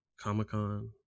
Comic-Con